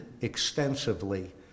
extensively